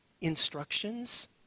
instructions